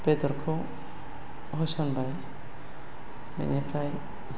बेदरखौ होसनबाय बेनिफ्राय